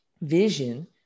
vision